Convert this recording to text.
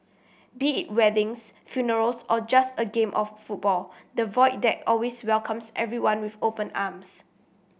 be it weddings funerals or just a game of football the Void Deck always welcomes everyone with open arms